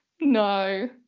No